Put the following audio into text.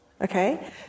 okay